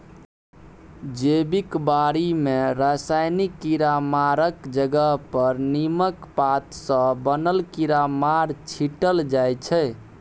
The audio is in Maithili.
जैबिक बारी मे रासायनिक कीरामारक जगह पर नीमक पात सँ बनल कीरामार छीटल जाइ छै